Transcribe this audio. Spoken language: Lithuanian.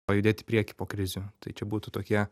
pajudėt į priekį po krizių tai čia būtų tokie